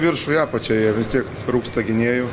į viršų į apačią jie vis tiek trūksta gynėjų